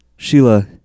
Sheila